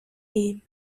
aim